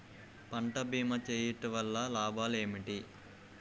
పంట భీమా చేయుటవల్ల లాభాలు ఏమిటి?